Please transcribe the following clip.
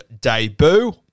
debut